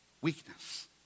weakness